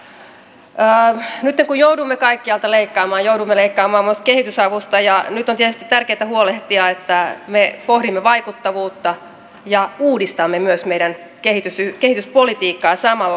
nytten kun joudumme kaikkialta leikkaamaan joudumme leikkaamaan myös kehitysavusta ja nyt on tietysti tärkeätä huolehtia että me pohdimme vaikuttavuutta ja uudistamme myös meidän kehityspolitiikkaa samalla